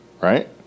right